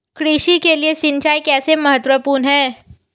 कृषि के लिए सिंचाई कैसे महत्वपूर्ण है?